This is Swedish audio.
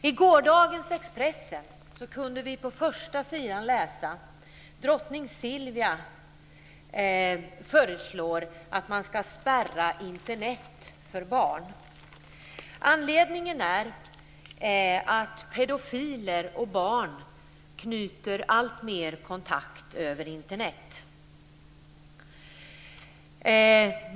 I gårdagens Expressen kunde vi på första sidan läsa att drottning Silvia föreslår att man ska spärra Internet för barn. Anledningen är att pedofiler och barn alltmer knyter kontakt över Internet.